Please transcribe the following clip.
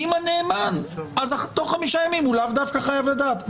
עם הנאמן תוך 5 ימים הוא לאו דווקא חייב לדעת.